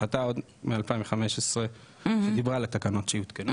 החלטה עוד מ- 2015 שדיברה על התקנות שיותקנו.